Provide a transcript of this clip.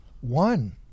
one